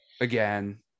again